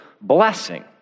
blessing